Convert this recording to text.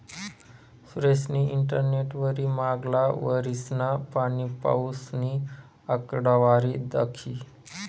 सुरेशनी इंटरनेटवरी मांगला वरीसना पाणीपाऊसनी आकडावारी दखी